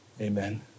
amen